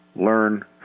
learn